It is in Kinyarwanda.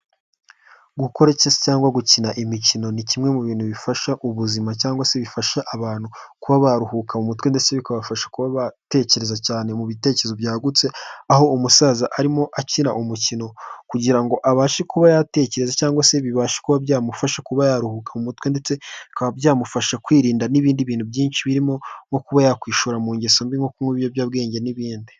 Gukora cyangwase gukina imikino ni kimwe mu bintu bifasha ubuzima cyangwa se bifasha abantu kuba baruhuka mu mutwe ndetse bikabafasha kuba batekereza cyane mu bitekerezo byagutse aho umusaza arimo akina umukino kugira abashe kuba yatekereza cyangwa se bibasha kuba byamufasha kuba yaruhuka mutwe ndetse bikaba byamufasha kwirinda n'ibindi bintu byinshi birimo nko kuba yakwishora mu ngeso mbi, nko kunywa ibiyobyabwenge n'ibindi.